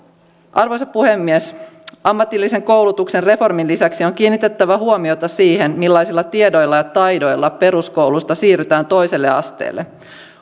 arvoisa puhemies ammatillisen koulutuksen reformin lisäksi on kiinnitettävä huomiota siihen millaisilla tiedoilla ja taidoilla peruskoulusta siirrytään toiselle asteelle